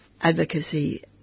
advocacy